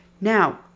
Now